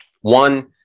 One